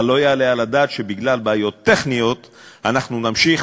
אבל לא יעלה על הדעת שבגלל בעיות טכניות אנחנו נמשיך